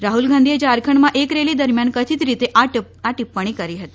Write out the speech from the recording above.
રાહ્લગાંધીએ ઝારખંડમાં એક રેલી દરમિયાન કથિત રીતે આ ટિપ્પણી કરી હતી